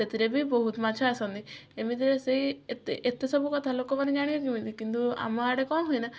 ସେଥିରେ ବି ବହୁତ ମାଛ ଆସନ୍ତି ଏମିତିରେ ସେଇ ଏତେ ଏତେ ସବୁ କଥା ଲୋକମାନେ ଜାଣିବେ କେମିତି କିନ୍ତୁ ଆମ ଆଡ଼େ କ'ଣ ହୁଏନା